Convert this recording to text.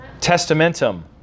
Testamentum